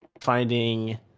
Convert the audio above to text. finding